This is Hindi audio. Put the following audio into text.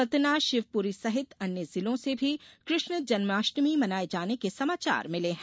सतनाशिवपूरी सहित अन्य जिलों से भी कृष्ण जन्माष्टमी मनाये जाने के समाचार मिले है